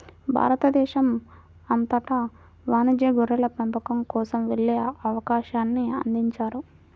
భారతదేశం అంతటా వాణిజ్య గొర్రెల పెంపకం కోసం వెళ్ళే అవకాశాన్ని అందించారు